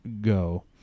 go